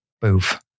boof